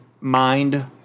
Mind